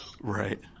Right